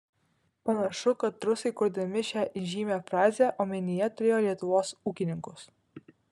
panašu kad rusai kurdami šią įžymią frazę omenyje turėjo lietuvos ūkininkus